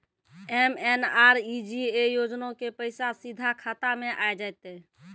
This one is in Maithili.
एम.एन.आर.ई.जी.ए योजना के पैसा सीधा खाता मे आ जाते?